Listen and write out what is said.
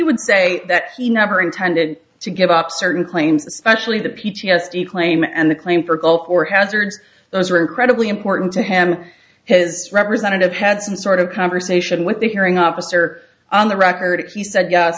would say that he never intended to give up certain claims especially the p t s d claim and the claim for gulf war hazards those were incredibly important to him his representative had some sort of conversation with the hearing officer on the record he said ye